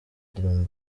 dream